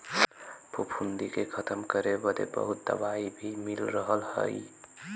फफूंदी के खतम करे बदे बहुत दवाई भी मिल रहल हई